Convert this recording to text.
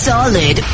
Solid